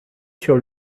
sur